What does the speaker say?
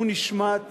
הוא נשמט